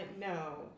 no